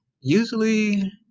usually